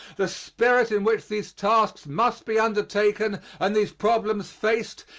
the spirit in which these tasks must be undertaken and these problems faced,